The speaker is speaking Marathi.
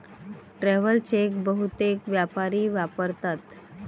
ट्रॅव्हल चेक बहुतेक व्यापारी वापरतात